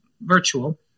virtual